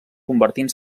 convertint